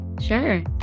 Sure